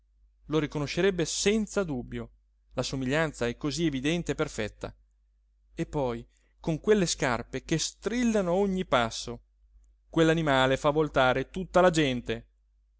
lo riconoscerebbe senza dubbio la somiglianza è cosí evidente e perfetta e poi con quelle scarpe che strillano a ogni passo quell'animale fa voltare tutta la gente